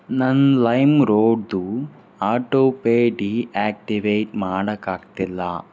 ನನ್ನ ಲೈಮ್ ರೋಡ್ದು ಆಟೋ ಪೇ ಡೀಆಕ್ಟಿವೇಟ್ ಮಾಡೋಕ್ಕಾಗ್ತಿಲ್ಲ